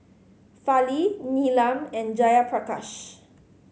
Fali Neelam and Jayaprakash